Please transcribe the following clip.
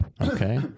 okay